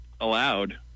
allowed